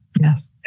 Yes